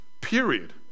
period